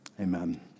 Amen